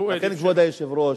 לכן, אדוני היושב-ראש,